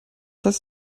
heißt